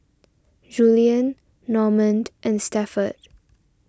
Julian Normand and Stafford